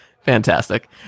Fantastic